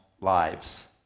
lives